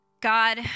god